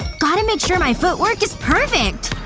gotta make sure my footwork is perfect!